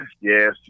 Yes